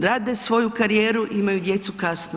Grade svoju karijeru i imaju djecu kasno.